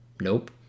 Nope